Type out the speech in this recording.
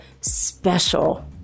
special